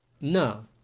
no